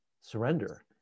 surrender